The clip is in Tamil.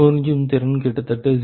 உறிஞ்சும் திறன் கிட்டத்தட்ட 0